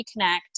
Reconnect